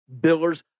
billers